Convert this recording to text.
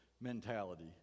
mentality